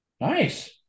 Nice